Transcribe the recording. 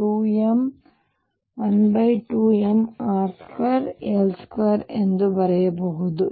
22mr2∂rr2∂r12mr2L2 ಬರೆಯಬಹುದು